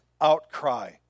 outcry